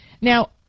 Now